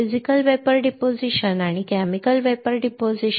physical vapour deposition आणि chemical vapour deposition